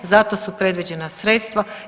Zato su predviđena sredstva.